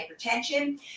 hypertension